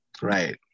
right